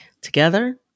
Together